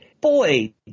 boy